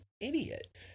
idiot